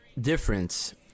difference